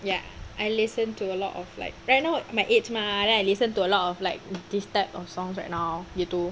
ya I listen to a lot of like right now my age mah then I listen to a lot of like this type of songs right now you too